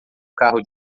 carro